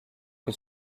que